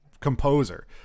composer